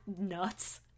nuts